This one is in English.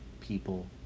people